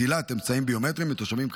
אמצעים ביומטריים מתושבים,